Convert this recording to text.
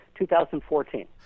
2014